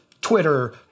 Twitter